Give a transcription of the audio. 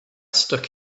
stuck